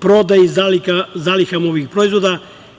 prodaji o zalihama ovih proizvoda